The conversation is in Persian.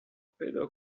پیدا